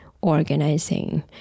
organizing